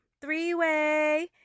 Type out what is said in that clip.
three-way